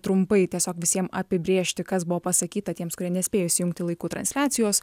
trumpai tiesiog visiem apibrėžti kas buvo pasakyta tiems kurie nespėjo įsijungti laiku transliacijos